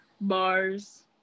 bars